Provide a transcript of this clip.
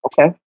Okay